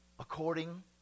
According